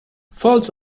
faults